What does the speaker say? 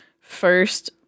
first